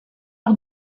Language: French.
par